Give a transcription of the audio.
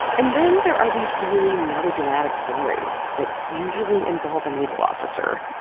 and then there are these really melodramatic stories that usually involve a naval officer.